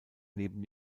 neben